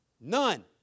None